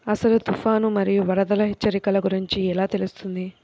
అసలు తుఫాను మరియు వరదల హెచ్చరికల గురించి ఎలా తెలుస్తుంది?